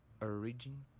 origin